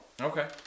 Okay